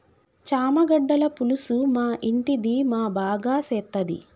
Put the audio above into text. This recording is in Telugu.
చామగడ్డల పులుసు మా ఇంటిది మా బాగా సేత్తది